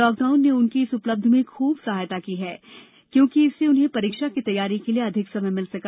lockdown ने उनकी इस उपलब्धि में खूब सहायता की क्योंकि इससे उन्हें परीक्षा की तैयारी के लिए अधिक समय मिल सका